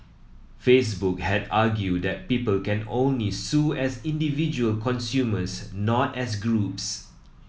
facebook had argued that people can only sue as individual consumers not as groups